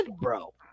bro